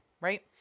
right